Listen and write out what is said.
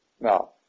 Now